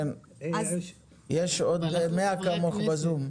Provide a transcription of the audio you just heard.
יש עוד 100 כמוך בזום.